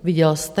Viděl jste?